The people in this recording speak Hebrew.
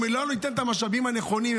אם לא ניתן את המשאבים הנכונים,